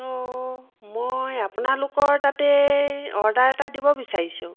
তো মই আপোনালোকৰ তাতেই অৰ্ডাৰ এটা দিব বিচাৰিছোঁ